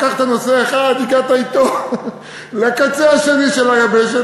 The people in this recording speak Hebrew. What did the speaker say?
לקחת נושא אחד, הגעת אתו לקצה השני של היבשת.